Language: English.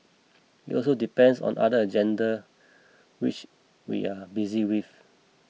it also depends on other agenda which we are busy with